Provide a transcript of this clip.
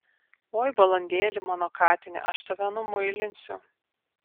oi balandėli mano katine aš tave numuilinsiu